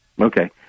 okay